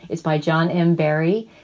it's by john m. barry.